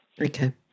Okay